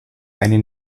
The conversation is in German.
eine